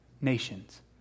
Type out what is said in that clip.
nations